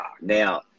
Now